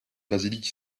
basilique